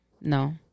No